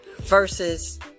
Versus